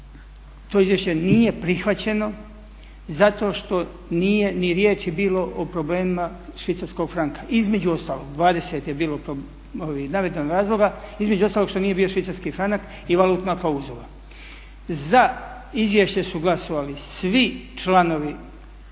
to izvješće nije prihvaćeno zato što nije ni riječi bilo o problemima švicarskog franka. Između ostalog 20 je bilo navedeno razloga, između ostalog što nije bio švicarski franak i valutna klauzula. Za izvješće su glasovali svi članovi